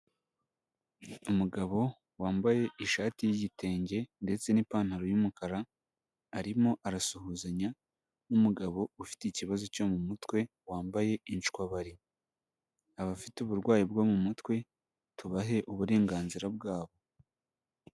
Umugabo wambaye ishati y'igitenge, ndetse n'ipantaro y'umukara, arimo arasuhuzanya n'umugabo ufite ikibazo cyo mu mutwe, wambaye inshwabari, abafite uburwayi bwo mu mutwe tubahe uburenganzira bwabo.